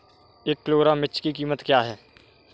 एक किलोग्राम मिर्च की कीमत क्या है?